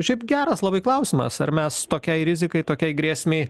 šiaip geras labai klausimas ar mes tokiai rizikai tokiai grėsmei